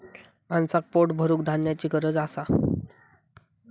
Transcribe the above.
माणसाक पोट भरूक धान्याची गरज असा